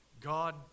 God